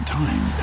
time